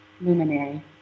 luminary